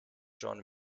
john